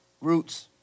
Roots